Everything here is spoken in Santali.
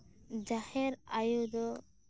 ᱡᱟᱦᱮᱨ ᱟᱭᱳ ᱫᱚ